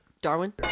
Darwin